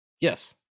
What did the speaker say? Yes